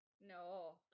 No